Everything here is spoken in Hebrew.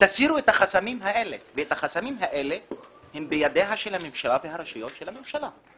תסירו את החסמים האלה והחסמים האלה הם בידי הממשלה ורשויות הממשלה.